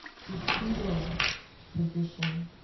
to fetal position,